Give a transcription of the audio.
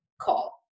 call